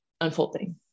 unfolding